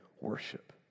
worship